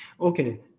Okay